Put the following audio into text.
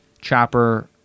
chopper